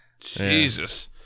Jesus